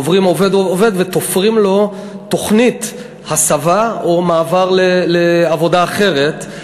ועוברים עובד-עובד ותופרים לו תוכנית הסבה או מעבר לעבודה אחרת,